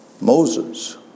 Moses